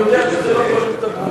אני יודע שזה לא כולל את הדרוזים.